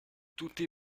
tutti